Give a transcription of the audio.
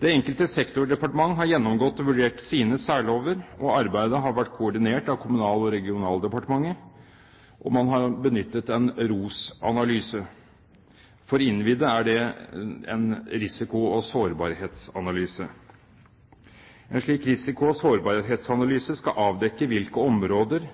Det enkelte sektordepartement har gjennomgått og vurdert sine særlover, og arbeidet har vært koordinert av Kommunal- og regionaldepartementet. Man har benyttet en ROS-analyse. For innvidde er det en risiko- og sårbarhetsanalyse. En slik risiko- og sårbarhetsanalyse skal avdekke hvilke områder